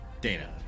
Data